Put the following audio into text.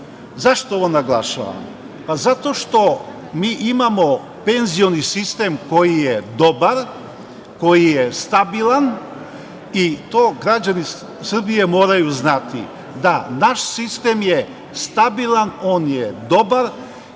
ovo naglašavam? Zato što mi imamo penzioni sistem koji je dobar, koji je stabilan i to građani Srbije moraju znati. Znači, naš sistem je stabilan, dobar